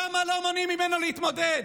למה לא מונעים ממנו להתמודד?